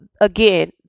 again